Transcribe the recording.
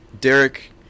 Derek